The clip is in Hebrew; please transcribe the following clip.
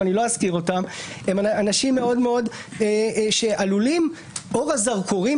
אבל אני לא אזכיר אותם הם אנשים שאור הזרקורים